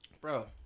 Bro